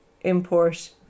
import